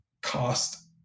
cost